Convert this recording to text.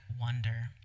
wonder